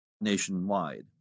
nationwide